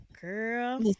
Girl